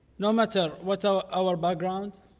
no matter what our our backgrounds.